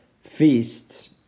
Feasts